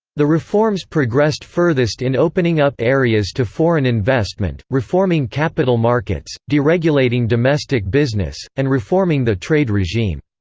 the reforms progressed furthest in opening up areas to foreign investment, reforming capital markets, deregulating domestic business, and reforming the trade regime.